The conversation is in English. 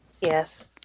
Yes